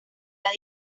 las